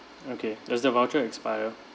okay does that voucher expire